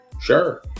Sure